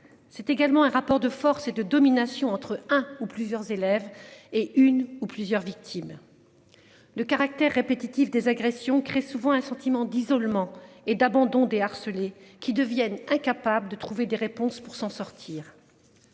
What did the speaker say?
C'est également un rapport de force et de domination entre un ou plusieurs élèves et une ou plusieurs victimes. De caractère répétitif des agressions crée souvent un sentiment d'isolement et d'abandon dès harcelé qui deviennent incapables de trouver des réponses pour s'en sortir.